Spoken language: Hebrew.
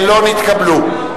לא נתקבלו.